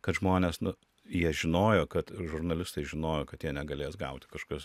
kad žmonės nu jie žinojo kad žurnalistai žinojo kad jie negalės gauti kažkokios